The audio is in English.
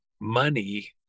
money